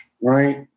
right